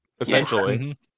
essentially